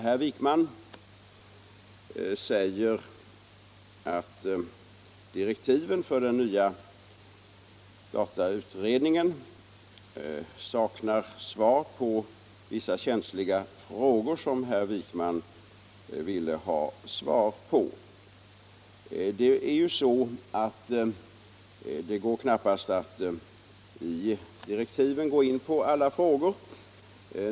Herr Wijkman säger beträffande min hänvisning till direktiven för den nya datautredningen att dessa inte innehåller svar på vissa känsliga frågor, som herr Wijkman i sin interpellation bad att få besvarade. Det går knappast att i direktiven beröra alla frågor.